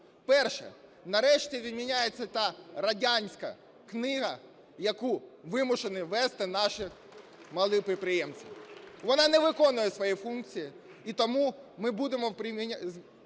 Перше. Нарешті, відміняється та радянська книга, яку вимушені вести наші малі підприємці. Вона не виконує свої функції і тому ми будемо змінювати